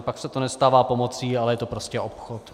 Pak se to nestává pomocí, ale je to prostě obchod.